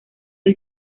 del